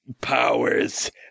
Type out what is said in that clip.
powers